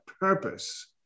purpose